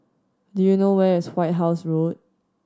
do you know where is White House Road